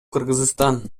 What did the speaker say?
кыргызстан